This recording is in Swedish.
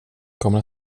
kommer